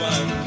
One